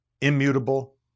Immutable